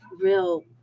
real